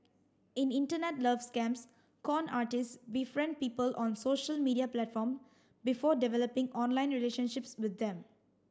in Internet love scams con artists befriend people on social media platform before developing online relationships with them